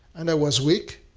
and i was weak.